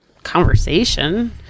conversation